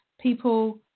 people